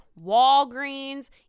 Walgreens